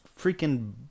freaking